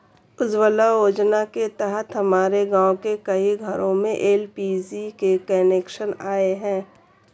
उज्ज्वला योजना के तहत हमारे गाँव के कई घरों में एल.पी.जी के कनेक्शन आए हैं